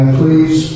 please